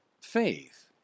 faith